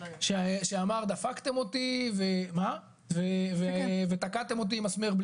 שאמר "דפקתם אותי ותקעתם אותי עם מסמר".